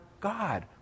God